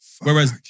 Whereas